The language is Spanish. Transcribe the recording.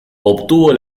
obtuvo